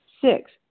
Six